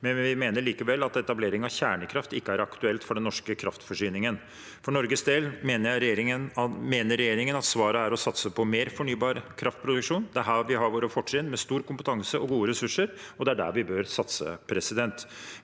Vi mener likevel at etablering av kjernekraft ikke er aktuelt for den norske kraftforsyningen. For Norges del mener regjeringen at svaret er å satse på mer fornybar kraftproduksjon. Det er her vi har våre fortrinn med stor kompetanse og gode ressurser, og det er der vi bør satse.